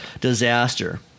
disaster